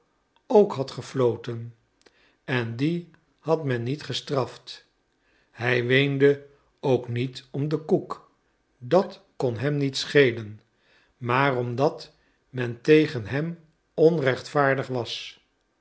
ook had gefloten en dien had men niet gestraft hij weende ook niet om de koek dat kon hem niet schelen maar omdat men tegen hem onrechtvaardig was